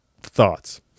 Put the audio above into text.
Thoughts